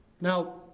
Now